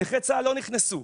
נכי צה"ל לא נכנסו.